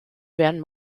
werden